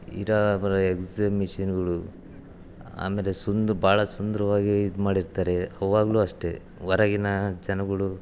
ಇರೋ ಬರೋ ಎಕ್ಸಿಮಿಷನ್ಗಳು ಆಮೇಲೆ ಸುಂದ್ ಭಾಳ ಸುಂದ್ರವಾಗಿ ಇದು ಮಾಡಿರ್ತಾರೆ ಅವಾಗಲೂ ಅಷ್ಟೇ ಹೊರಗಿನ ಜನ್ಗಳು